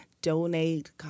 Donate